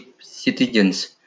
citizens